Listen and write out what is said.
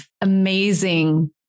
amazing